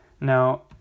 now